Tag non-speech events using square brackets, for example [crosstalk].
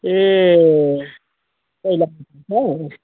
ए पहिला [unintelligible]